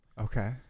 Okay